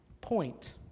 point